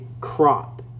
crop